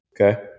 Okay